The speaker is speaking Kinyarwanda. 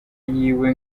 yiwe